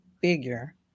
figure